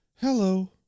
hello